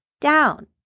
down